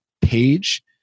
page